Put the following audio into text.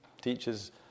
Teachers